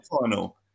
final